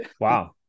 wow